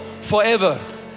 forever